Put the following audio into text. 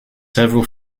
several